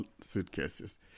suitcases